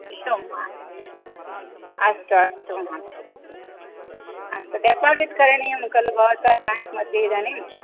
इशोम् वा अस्तु अस्तु महोदय अस्तु डिपोज़िट् करणीयं खलु भवतः बेङ्क् मध्ये इदानीं